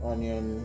Onion